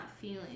feeling